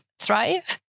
thrive